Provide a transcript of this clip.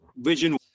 vision